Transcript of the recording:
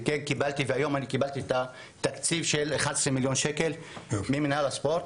היום קיבלתי תקציב של 11,000,000 ₪ ממינהל הספורט.